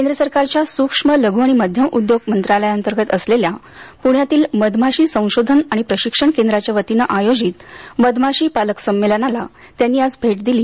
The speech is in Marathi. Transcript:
केंद्र सरकारच्या सूक्ष्म लघू आणि मध्यम उद्योग मंत्रालया अंतर्गत असलेल्या पृण्यातील मधमाशी संशोधन आणि प्रशिक्षण केंद्राच्या वतीनं आयोजित मधमाशी पालक संमेलनाला केंद्रीय मंत्री नितीन गडकरी यांनी आज भेट दिली